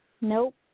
Nope